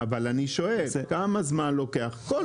אבל כמה זמן לוקח כל